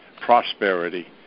prosperity